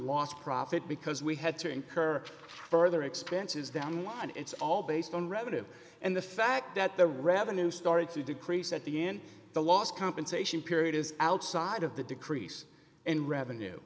lost profit because we had to incur further expenses down the line it's all based on revenue and the fact that the revenue started to decrease at the end the last compensation period is outside of the decrease in revenue